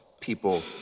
people